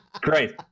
Great